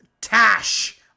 tash